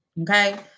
Okay